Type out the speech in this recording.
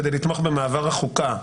כדי לתמוך במעבר החוקה.